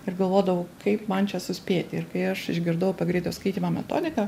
ir galvodavau kaip man čia suspėti ir kai aš išgirdau apie greitojo skaitymo metodiką